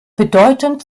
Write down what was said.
bedeutend